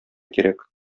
кирәк